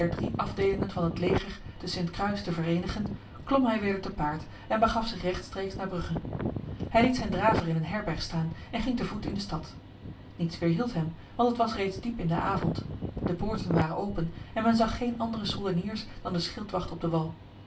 afdelingen van het leger te st kruis te verenigen klom hij weder te paard en begaf zich rechtstreeks naar brugge hij liet zijn draver in een herberg staan en ging te voet in de stad niets weerhield hem want het was reeds diep in de avond de poorten waren open en men zag geen andere soldeniers dan de schildwacht op de wal